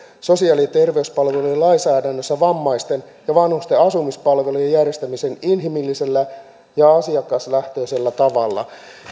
sosiaali ja terveyspalvelujen lainsäädännössä vammaisten ja vanhusten asumispalvelujen järjestämisen inhimillisellä ja asiakaslähtöisellä tavalla